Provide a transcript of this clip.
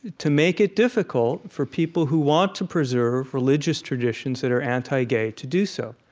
to make it difficult for people who want to preserve religious traditions that are anti-gay to do so.